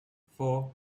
four